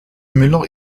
müller